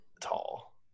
tall